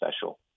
special